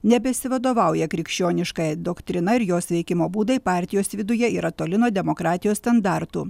nebesivadovauja krikščioniškąja doktrina ir jos veikimo būdai partijos viduje yra toli nuo demokratijos standartų